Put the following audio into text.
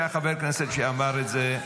אני חושב שחבר הכנסת שאמר את זה,